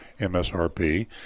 MSRP